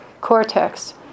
cortex